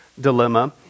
dilemma